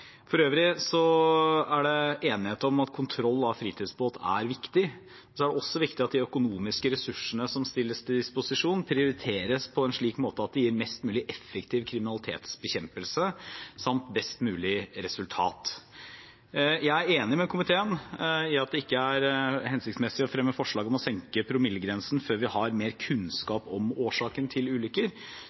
For øvrig er det enighet om at kontroll av fritidsbåt er viktig. Det er også viktig at de økonomiske ressursene som stilles til disposisjon, prioriteres på en slik måte at det gir mest mulig effektiv kriminalitetsbekjempelse samt best mulig resultat. Jeg er enig med komiteen i at det ikke er hensiktsmessig å fremme forslag om å senke promillegrensen før vi har mer kunnskap om årsaken til ulykker.